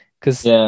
cause